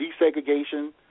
desegregation